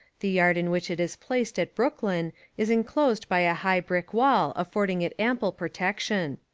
the yard in which it is placed at brooklyn is enclosed by a high brick wall affording it ample protection.